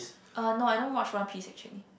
uh no I don't watch One-Piece actually